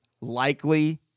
likely